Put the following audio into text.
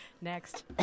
next